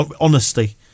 Honesty